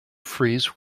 freeze